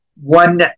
one